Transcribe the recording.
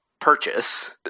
purchase